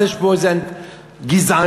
איך זה יכול להיות?